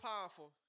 powerful